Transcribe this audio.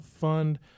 fund